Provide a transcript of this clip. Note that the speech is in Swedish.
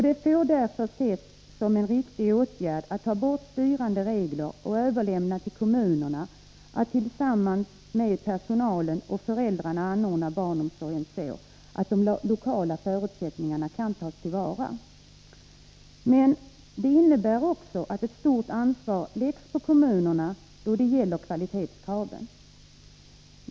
Det får därför ses som en riktig åtgärd att ta bort styrande regler och överlämna till kommunerna att tillsammans med personalen och föräldrarna anordna barnomsorgen så, att de lokala förutsättningarna kan tas till vara. Men det innebär också att ett stort ansvar läggs på kommunerna då det gäller kvalitetskraven.